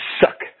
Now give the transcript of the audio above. suck